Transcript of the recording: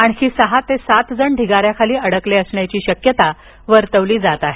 आणखी सहा ते सात जण ढिगाऱ्याखाली अडकले असण्याची शक्यता वर्तविली जात आहे